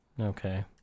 okay